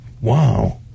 Wow